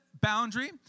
boundary